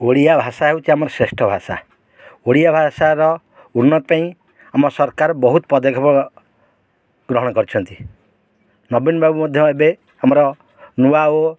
ଓଡ଼ିଆ ଭାଷା ହେଉଛି ଆମ ଶ୍ରେଷ୍ଠ ଭାଷା ଓଡ଼ିଆ ଭାଷାର ଉନ୍ନତ ପାଇଁ ଆମ ସରକାର ବହୁତ ପଦକ୍ଷେପ ଗ୍ରହଣ କରିଛନ୍ତି ନବୀନ ବାବୁ ମଧ୍ୟ ଏବେ ଆମର ନୂଆ ଓ